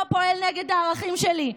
לא פועל נגד הערכים שלי.